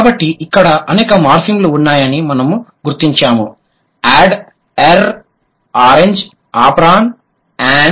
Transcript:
కాబట్టి ఇక్కడ అనేక మార్ఫిమ్లు ఉన్నాయని మనము గుర్తించాము యాడ్ ఎర్ ఆరెంజ్ ఆప్రాన్ మరియు ఏన్